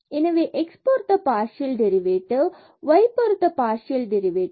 எனவே x பொருத்த partial derivative 1 and மற்றும் y பொருத்த பார்சியல் டெரிவேட்டிவ் 2